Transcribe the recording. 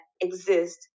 Exist